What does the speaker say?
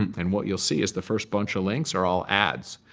and what you'll see is the first bunch of links are all ads.